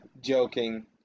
joking